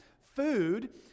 Food